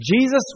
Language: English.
Jesus